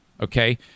okay